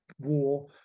War